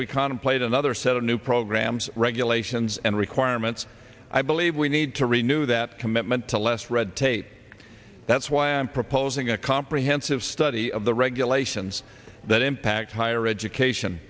we contemplate another set of new programs regulations and requirements i believe we need to renew that commitment to less red tape that's why i am proposing a comprehensive study of the regulations that impact higher education